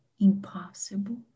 impossible